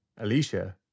Alicia